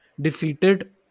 defeated